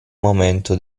momento